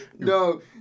No